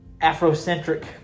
Afrocentric